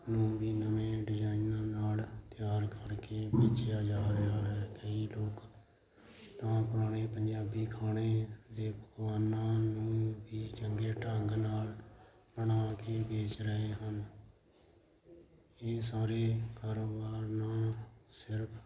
ਨੂੰ ਵੀ ਨਵੇਂ ਡਿਜਾਈਨਾਂ ਨਾਲ ਤਿਆਰ ਕਰਕੇ ਵੇਚਿਆ ਜਾ ਰਿਹਾ ਹੈ ਕਈ ਲੋਕ ਤਾਂ ਪੁਰਾਣੇ ਪੰਜਾਬੀ ਖਾਣੇ ਅਤੇ ਪਕਵਾਨਾਂ ਨੂੰ ਵੀ ਚੰਗੇ ਢੰਗ ਨਾਲ ਬਣਾ ਕੇ ਵੇਚ ਰਹੇ ਹਨ ਇਹ ਸਾਰੇ ਕਾਰੋਬਾਰ ਨਾ ਸਿਰਫ਼